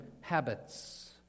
habits